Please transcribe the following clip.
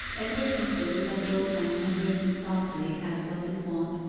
edward concluded that the old man had risen softly, as was his wont,